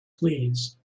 fleas